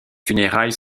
funérailles